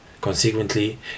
Consequently